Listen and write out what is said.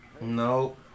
No